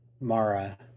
Mara